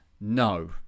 No